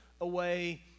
away